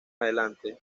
adelante